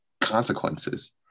consequences